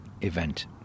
event